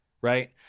right